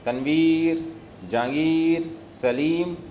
Tanveer Jahangir Saleem